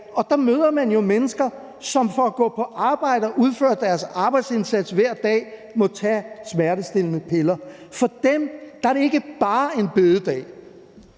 og der møder man jo mennesker, som for at gå på arbejde og levere deres arbejdsindsats hver dag må tage smertestillende piller. For dem er det ikke bare en bededag.